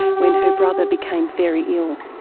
when her brother became very ill.